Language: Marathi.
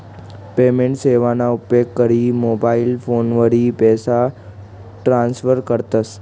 पेमेंट सेवाना उपेग करी मोबाईल फोनवरी पैसा ट्रान्स्फर करतस